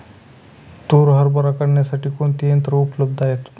तूर हरभरा काढण्यासाठी कोणती यंत्रे उपलब्ध आहेत?